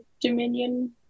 dominion